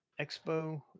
expo